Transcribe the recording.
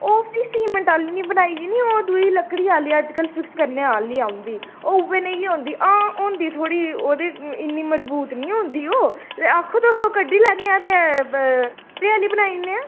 ओह् फ्ही सीमेंट आह्ली निं बनाई दी निं ओह् दूई लकड़ी आह्ली अजकल फिक्स करने आह्ली औंदी ओह् उ'यै नेही गै होंदी हां होंदी थोह्ड़ी ओह्दे इन्नी मजबूत निं होंदी ओह् आक्खो तुस ते ओह् आह्ली कड्डी लैन्ने आं ते बे एह् आह्ली बनाई ओड़ने आं